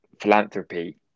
philanthropy